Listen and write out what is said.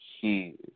huge